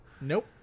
Nope